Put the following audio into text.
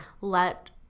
let